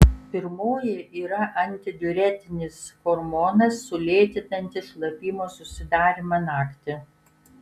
pirmoji yra antidiuretinis hormonas sulėtinantis šlapimo susidarymą naktį